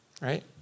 Right